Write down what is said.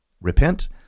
repent